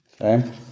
Okay